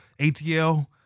ATL